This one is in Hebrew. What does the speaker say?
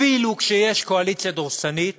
אפילו כשיש קואליציה דורסנית,